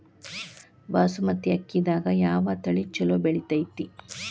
ಬಾಸುಮತಿ ಅಕ್ಕಿದಾಗ ಯಾವ ತಳಿ ಛಲೋ ಬೆಳಿತೈತಿ?